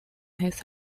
his